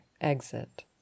exit